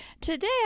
today